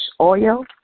oil